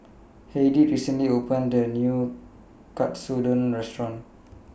Heidy recently opened A New Katsudon Restaurant